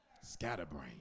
Scatterbrain